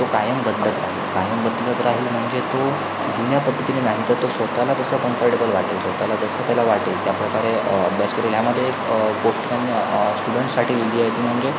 तो कायम बदलत राहील कायम बदलत राहील म्हणजे तो जुन्या पद्धतीने नाही तर तो स्वतःला तसं कम्फर्टेबल वाटेल स्वतःला जसं त्याला वाटेल त्या प्रकारे अभ्यास करेल ह्यामध्ये गोष्ट आणि स्टुडन्टसाठी लिहिली आहे ती म्हणजे